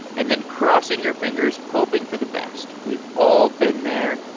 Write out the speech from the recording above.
and then crossing your fingers hoping for the best. we've all been there.